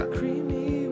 Creamy